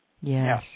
Yes